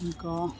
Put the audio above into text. ఇంకా